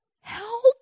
help